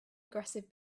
aggressive